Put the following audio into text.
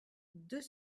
deux